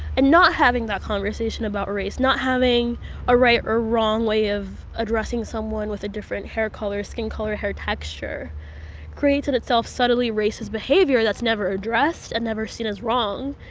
and not having that conversation about race, not having a right or wrong way of addressing someone with a different hair color, skin color, hair texture creates in itself subtly racist behavior that's never addressed and never seen as wrong.